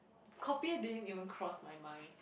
copying didn't even cross my mind